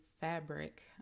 fabric